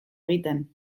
egiten